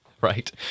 Right